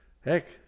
heck